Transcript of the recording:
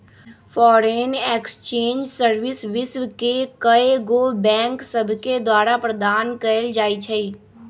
foreign exchange service विश्व के कएगो बैंक सभके द्वारा प्रदान कएल जाइ छइ